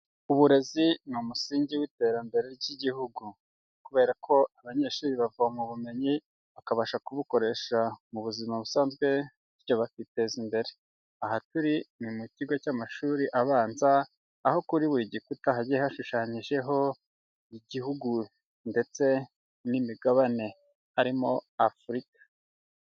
Uburezi ni umusingi w'iterambere ry'Igihugu. Kubera ko abanyeshuri bavoma ubumenyi bakabasha kubukoresha mu buzima busanzwe, bityo bakiteza imbere. Aha turi ni mu kigo cy'amashuri abanza, aho kuri buri gikuta hagiye hashushanyijeho Igihugu ndetse n'imigabane harimo Afurika.